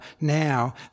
now